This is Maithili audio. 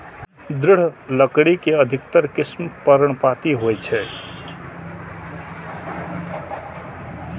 दृढ़ लकड़ी के अधिकतर किस्म पर्णपाती होइ छै